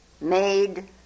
made